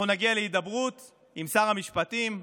אנחנו נגיע להידברות עם שר המשפטים,